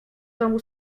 domu